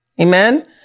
Amen